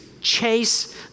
chase